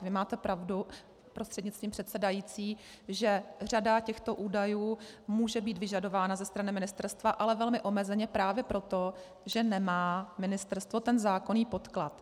Vy máte pravdu prostřednictvím předsedající, že řada těchto údajů může být vyžadována ze strany ministerstva, ale velmi omezeně právě proto, že nemá ministerstvo zákonný podklad.